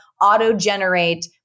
auto-generate